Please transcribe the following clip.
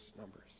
numbers